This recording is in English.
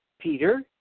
Peter